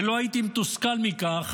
ולא הייתי מתוסכל מכך